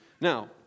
Now